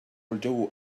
الجو